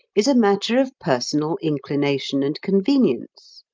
is a matter of personal inclination and convenience.